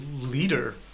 leader